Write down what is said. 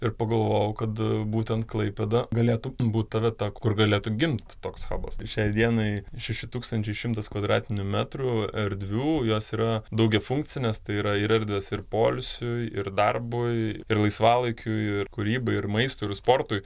ir pagalvojau kad būtent klaipėda galėtų būt ta vieta kur galėtų gimt toks habas tai šiai dienai šeši tūkstančiai šimtas kvadratinių metrų erdvių jos yra daugiafunkcinės tai yra ir erdvės ir poilsiui ir darbui ir laisvalaikiui ir kūrybai ir maistui ir sportui